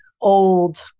old